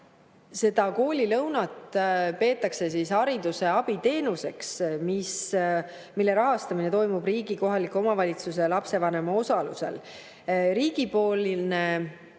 Koolilõunat peetakse hariduse abiteenuseks, mille rahastamine toimub riigi, kohaliku omavalitsuse ja lapsevanema osalusel. Riigipoolne